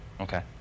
Okay